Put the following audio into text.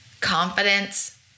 confidence